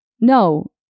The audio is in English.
No